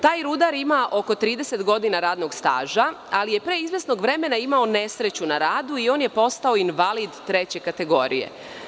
Taj rudar ima oko 30 godina radnog staža, ali je pre izvesnog vremena imao nesreću na radu i on je postao invalid treće kategorije.